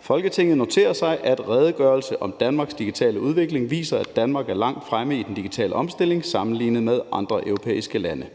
»Folketinget noterer sig, at redegørelsen om Danmarks digitale udvikling viser, at Danmark er langt fremme i den digitale omstilling sammenlignet med andre europæiske lande.